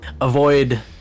avoid